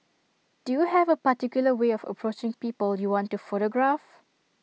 do you have A particular way of approaching people you want to photograph